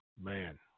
man